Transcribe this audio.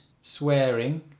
swearing